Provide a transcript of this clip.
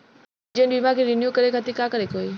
हमार जीवन बीमा के रिन्यू करे खातिर का करे के होई?